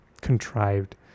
contrived